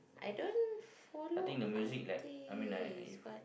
I don't follow artistes but